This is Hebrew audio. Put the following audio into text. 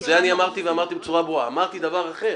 זה אני אמרתי ואמרתי בצורה ברורה, אמרתי דבר אחר,